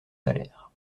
salaires